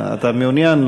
אתה מעוניין?